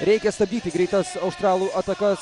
reikia stabdyti greitas australų atakas